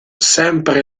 sempre